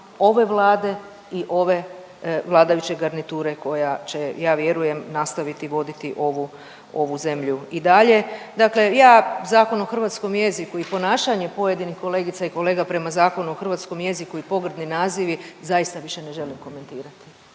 ove Vlade i ove vladajuće garniture koja će ja vjerujem nastaviti voditi ovu, ovu zemlju i dalje. Dakle, ja Zakon o hrvatskom jeziku i ponašanje pojedinih kolegica i kolega prema Zakonu o hrvatskom jeziku i pogrdni nazivi zaista više ne želim komentirati.